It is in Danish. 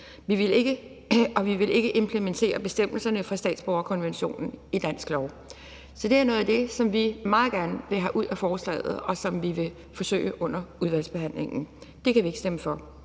vi vil ikke implementere bestemmelserne for statsborgerkonventionen i dansk lov. Så det er noget af det, som vi meget gerne vil have ud af forslaget, og det vil vi forsøge under udvalgsbehandlingen. Det kan vi ikke stemme for.